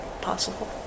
possible